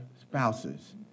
spouses